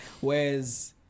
Whereas